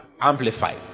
Amplify